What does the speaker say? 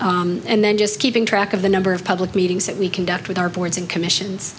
and then just keeping track of the number of public meetings that we conduct with our boards and commissions